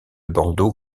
bandeau